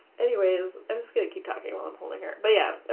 anyways i'm just gonna keep talking while i'm holding her, but yeah